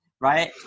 right